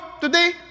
today